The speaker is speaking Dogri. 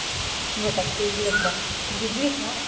बड़ा स्हेई लगदा दीदी दिक्खो हां